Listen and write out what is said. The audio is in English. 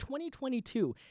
2022